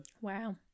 Wow